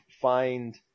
find